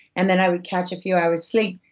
and then i would catch a few hours sleep.